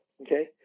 okay